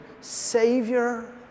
savior